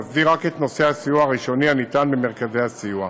ומסדיר רק את נושא הסיוע הראשוני הניתן במרכזי הסיוע.